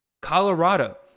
Colorado